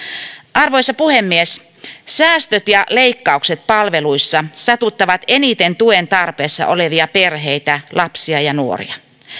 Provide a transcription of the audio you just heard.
arvoisa puhemies säästöt ja leikkaukset palveluissa satuttavat eniten tuen tarpeessa olevia perheitä lapsia ja nuoria